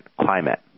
climate